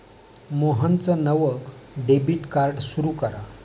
मोहनचं नवं debit card सुरू करा